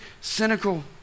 cynical